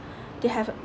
they have